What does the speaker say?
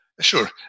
Sure